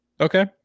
okay